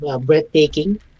Breathtaking